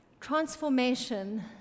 transformation